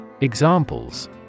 Examples